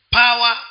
power